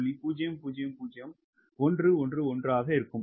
000111 ஆக இருக்கும்